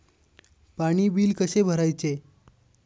पाणी बिल कसे भरायचे?